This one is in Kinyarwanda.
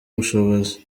ubushobozi